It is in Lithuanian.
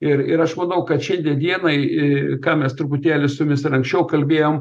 ir ir aš manau kad šiandien dienai ką mes truputėlį su jumis ir anksčiau kalbėjom